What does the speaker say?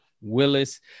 Willis